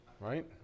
Right